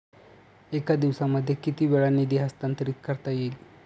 एका दिवसामध्ये किती वेळा निधी हस्तांतरीत करता येईल?